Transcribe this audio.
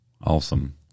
Awesome